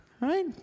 right